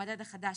המדד החדש,